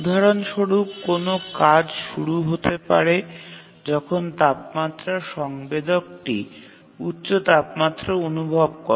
উদাহরণ স্বরূপ কোনও কাজ শুরু হতে পারে যখন তাপমাত্রা সংবেদকটি উচ্চ তাপমাত্রা অনুভব করে